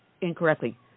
incorrectly